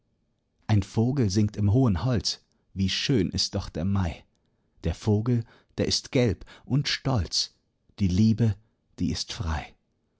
ein vogel singt im hohen holz wie schön ist doch der mai der vogel der ist gelb und stolz die liebe die ist frei